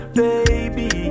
baby